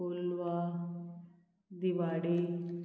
Colva Divar